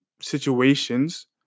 situations